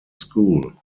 school